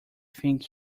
think